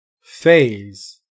phase